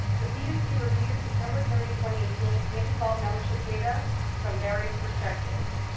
the abuse she reviewed september thirty twenty eighteen k to twelve membership data from various perspectives,